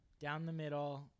Down-the-middle